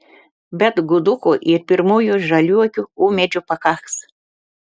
bet gudukų ir pirmųjų žaliuokių ūmėdžių pakaks